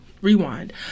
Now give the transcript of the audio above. rewind